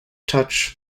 touch